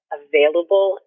available